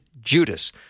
Judas